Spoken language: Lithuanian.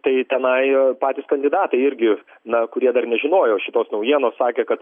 tai tenai patys kandidatai irgi na kurie dar nežinojo šitos naujienos sakė kad